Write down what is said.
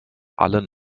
allen